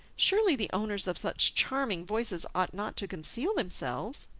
surely the owners of such charming voices ought not to conceal themselves!